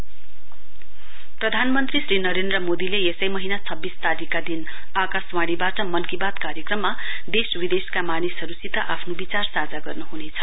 PM Mann Ki Baat प्रधानमन्त्री श्री नरेन्द्र मोदीले यसै महीना छब्बीस तारीकका दिन आकाशवाणीवाट मन की बात कार्यक्रममा देश विदेशका मानिसहरुसित आफ्नो विचार साझा गर्नुहुनेछ